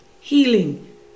healing